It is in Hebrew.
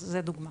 זו דוגמה.